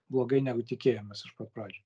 blogai negu tikėjomės iš pat pradžių